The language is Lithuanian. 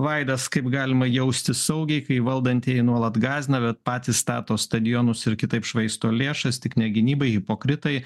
vaidas kaip galima jaustis saugiai kai valdantieji nuolat gąsdina bet patys stato stadionus ir kitaip švaisto lėšas tik ne gynybai hipokritai